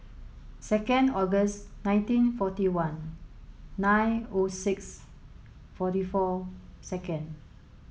second August nineteen forty one nine O six forty four second